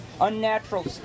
unnatural